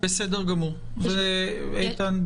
איתן,